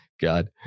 God